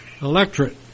electorate